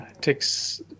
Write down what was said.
takes